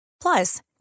Plus